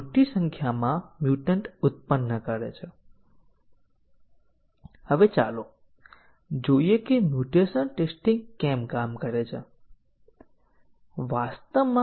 જો તમને યાદ હોય તો આપણે કહ્યું હતું કે બેઝીક રીતે સફેદ બોક્સ ટેસ્ટીંગ ટેકનીકોની બે શ્રેણીઓ છે